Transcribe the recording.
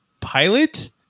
pilot